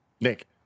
Nick